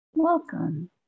Welcome